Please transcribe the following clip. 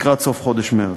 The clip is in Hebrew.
לקראת סוף חודש מרס.